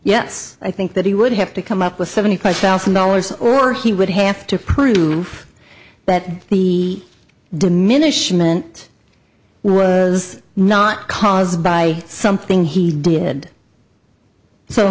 yes i think that he would have to come up with seventy five thousand dollars or he would have to prove that he diminishment was not caused by something he did so